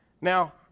Now